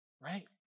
right